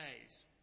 days